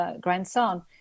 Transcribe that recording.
grandson